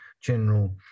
general